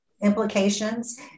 implications